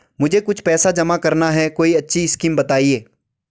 मुझे कुछ पैसा जमा करना है कोई अच्छी स्कीम बताइये?